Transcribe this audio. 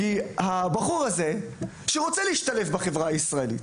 כי הבחור הזה רוצה להשתלב בחברה הישראלית,